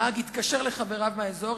הנהג התקשר לחבריו מהאזור,